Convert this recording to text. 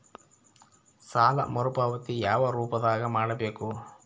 ಸಾಲ ಮರುಪಾವತಿ ಯಾವ ರೂಪದಾಗ ಮಾಡಬೇಕು?